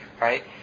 right